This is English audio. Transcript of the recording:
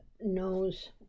knows